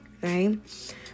right